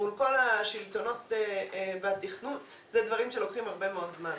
מול כל השלטונות והתכנון אלו דברים שלוקחים הרבה מאוד זמן.